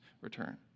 return